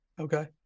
Okay